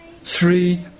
three